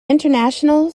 international